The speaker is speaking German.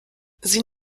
sie